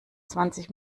zwanzig